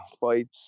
fights